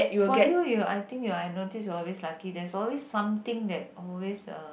for you you I think you are I notice you are always lucky there's always something that always uh